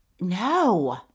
No